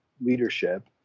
leadership